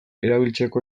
erabiltzeko